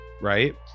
right